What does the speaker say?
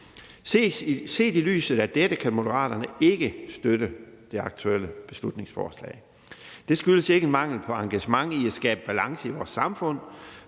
Set i lyset af dette kan Moderaterne ikke støtte det aktuelle beslutningsforslag. Det skyldes ikke mangel på engagement i at skabe balance i vores samfund,